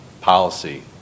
policy